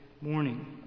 morning